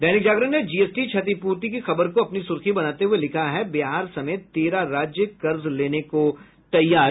दैनिक जागरण ने जीएसटी क्षतिपूर्ति की खबर को अपनी सुर्खी बनाते हुये लिखा हैन् बिहार समेत तेरह राज्य कर्ज लेने को तैयार